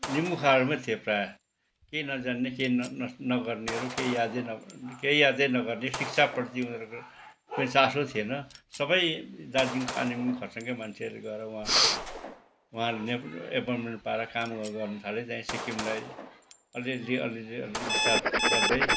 निमुखाहरू मात्र थिए प्रायः केही नजान्ने केही नगर्नेहरू केही यादै न केही यादै नगर्ने शिक्षाप्रति उनीहरूको केही चासो थिएन सबै दार्जिलिङ कालेबुङ खरसाङकै मान्छेहरू गएर वहाँ वहाँ एपोइन्टमेन्ट पाएर कामहरू गर्न थाले त्यहाँदेखि सिक्किमलाई अलिलि अलिलि अलिलि बिस्तार गर्दै